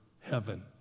heaven